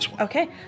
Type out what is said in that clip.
Okay